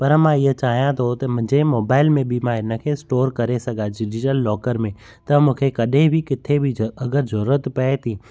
पर मां ईअं चाहियां थो त मुंहिंजे मोबाइल में बि मां इनखे स्टोर करे सघां डिजीटल लॉकर में त मूंखे कंहिं बि किथे ज अगरि ज़रूरत पए थी